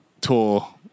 tour